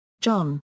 John